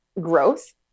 growth